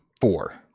four